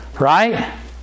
Right